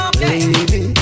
baby